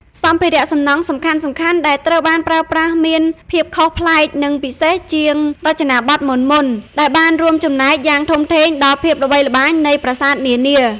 សម្ភារៈសំណង់សំខាន់ៗដែលត្រូវបានប្រើប្រាស់មានភាពខុសប្លែក និងពិសេសជាងរចនាបថមុនៗ ដែលបានរួមចំណែកយ៉ាងធំធេងដល់ភាពល្បីល្បាញនៃប្រាសាទនានា។